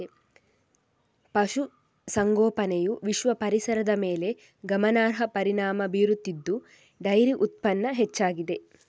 ಪಶು ಸಂಗೋಪನೆಯು ವಿಶ್ವ ಪರಿಸರದ ಮೇಲೆ ಗಮನಾರ್ಹ ಪರಿಣಾಮ ಬೀರುತ್ತಿದ್ದು ಡೈರಿ ಉತ್ಪನ್ನ ಹೆಚ್ಚಾಗಿದೆ